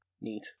Neat